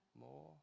more